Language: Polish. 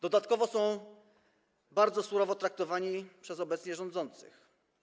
Dodatkowo są bardzo surowo traktowani przez obecnie rządzących.